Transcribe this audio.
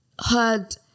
heard